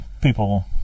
people